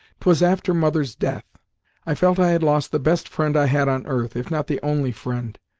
twas after mother's death i felt i had lost the best friend i had on earth, if not the only friend.